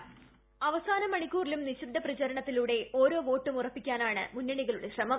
voice അവസാന മണിക്കൂറിലും നിശബ്ദ പ്രചാരണത്തിലൂടെ ഓരോ വോട്ടും ഉറപ്പിക്കാനാണ് മുന്നണികളുടെ ശ്രമം